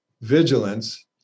vigilance